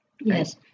Yes